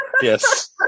Yes